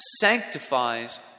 sanctifies